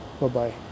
Bye-bye